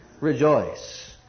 Rejoice